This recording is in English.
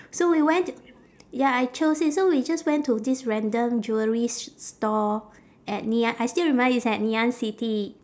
so we went to ya I chose it so we just went to this random jewellery store at ngee a~ I still remember it's at ngee ann city